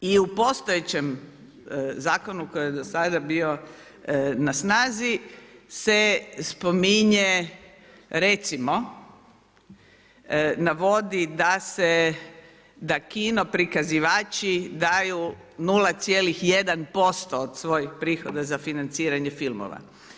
I u postojećem zakonu koji je do sada bio na snazi se spominje recimo navodi da se da kino prikazivači daju 0,1% od svojih prihoda za financiranje filmova.